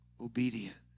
obedient